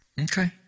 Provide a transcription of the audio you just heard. Okay